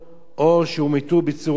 או שהומתו בצורות שונות